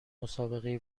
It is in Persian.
مسابقه